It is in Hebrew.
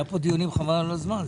היו פה דיונים, חבל על הזמן.